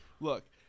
look